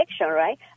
right